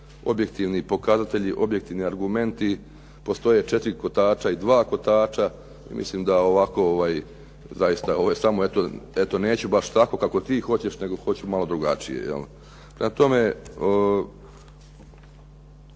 objektivni pokazatelji, objektivni argumenti, postoje 4 kotača i 2 kotača i mislim da ovako, zaista evo, eto samo neću baš tako kako ti hoćeš, nego hoću malo drugačije. Prema tome,